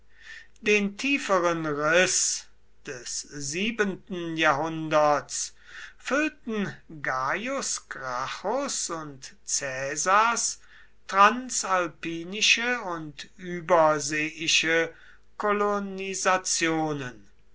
den tieferen riß des siebenten jahrhunderts füllten gaius gracchus und caesars transalpinische und überseeische kolonisationen